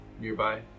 nearby